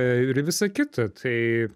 ir visa kita tai